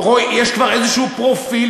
יש כבר איזה פרופיל,